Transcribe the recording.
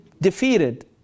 defeated